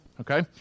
Okay